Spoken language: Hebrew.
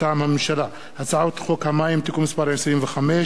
מטעם הממשלה: הצעת חוק המים (תיקון מס' 25),